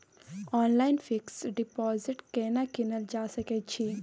Online fix deposit केना कीनल जा सकै छी?